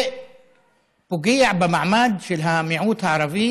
ופוגע במעמד של המיעוט הערבי